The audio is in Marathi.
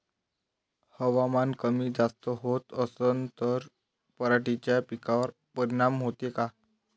हवामान कमी जास्त होत असन त पराटीच्या पिकावर परिनाम होते का?